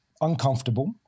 uncomfortable